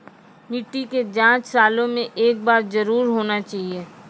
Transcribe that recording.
मिट्टी के जाँच सालों मे एक बार जरूर होना चाहियो?